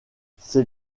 c’est